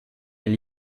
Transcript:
est